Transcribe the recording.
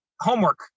homework